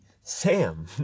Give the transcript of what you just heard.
Sam